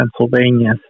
Pennsylvania